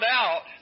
out